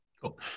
Cool